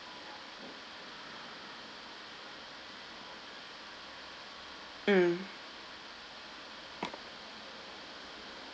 mm